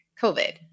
COVID